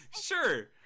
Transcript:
sure